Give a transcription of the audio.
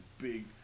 big